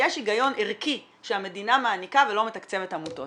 יש היגיון ערכי שהמדינה מעניקה ולא מתקצבת עמותות.